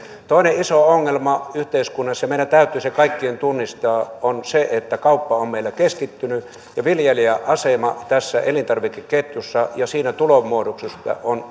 toinen iso ongelma yhteiskunnassa ja meidän täytyy se kaikkien tunnistaa on se että kauppa on meillä keskittynyt ja viljelijän asema tässä elintarvikeketjussa ja siinä tulonmuodostuksessa on